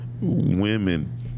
women